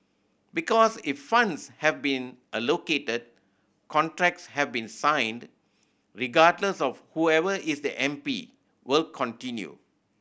because if funds have been allocated contracts have been signed regardless of whoever is the M P will continue